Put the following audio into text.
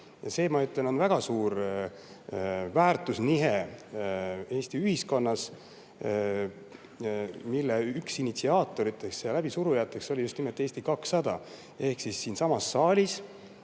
et see on väga suur väärtusnihe Eesti ühiskonnas, mille üks initsiaator ja läbisuruja oli just nimelt Eesti 200. Siinsamas saalis